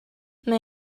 may